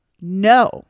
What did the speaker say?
No